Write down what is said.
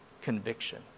conviction